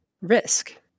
risk